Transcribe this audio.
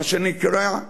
מה שנקרא,